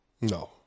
No